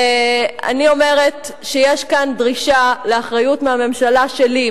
אני אומרת שיש כאן דרישה לאחריות מהממשלה שלי,